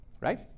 right